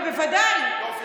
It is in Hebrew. בוודאי.